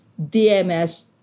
DMS